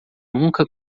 nunca